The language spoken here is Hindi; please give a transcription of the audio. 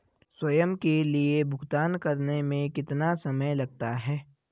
स्वयं के लिए भुगतान करने में कितना समय लगता है?